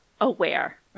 aware